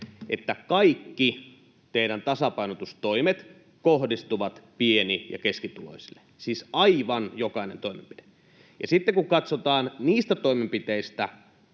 että kaikki teidän tasapainotustoimenne kohdistuvat pieni- ja keskituloisille, siis aivan jokainen toimenpide. Ja sitten kun katsotaan niitä toimenpiteitä,